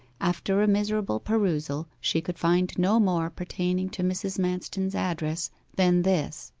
after a miserable perusal she could find no more pertaining to mrs. manston's address than this